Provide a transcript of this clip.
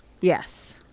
Yes